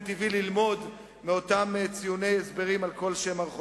טבעי ללמוד מאותם ציוני הסברים על כל שמות הרחובות.